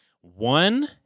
One